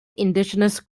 indigenous